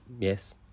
Yes